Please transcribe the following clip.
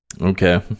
Okay